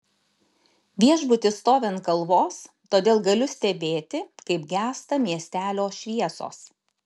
viešbutis stovi ant kalvos todėl galiu stebėti kaip gęsta miestelio šviesos